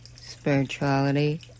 Spirituality